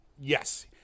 Yes